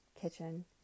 kitchen